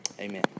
Amen